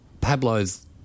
Pablo's